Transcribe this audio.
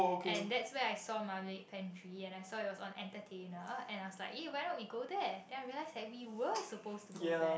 and that's where I saw Marmalade Pantry and I saw it was on Entertainer and I was like eh why not we go there then I realised that we were suppose to go there